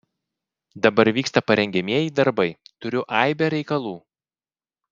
dabar vyksta parengiamieji darbai turiu aibę reikalų